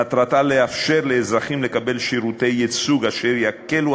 מטרתה לאפשר לאזרחים לקבל שירותי ייצוג אשר יקלו